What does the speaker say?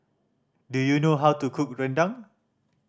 do you know how to cook rendang